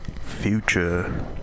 Future